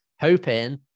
hoping